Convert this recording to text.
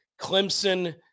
Clemson